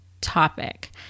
topic